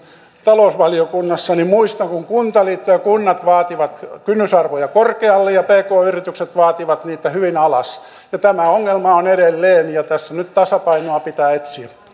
talousvaliokunnassa niin muistan kun kuntaliitto ja kunnat vaativat kynnysarvoja korkealle ja pk yritykset vaativat niitä hyvin alas tämä ongelma on edelleen ja tässä nyt tasapainoa pitää etsiä